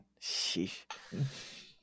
Sheesh